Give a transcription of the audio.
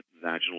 vaginal